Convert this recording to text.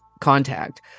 contact